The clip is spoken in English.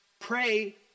Pray